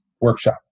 workshop